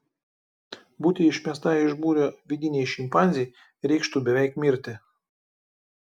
būti išmestai iš būrio vidinei šimpanzei reikštų beveik mirti